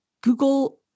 Google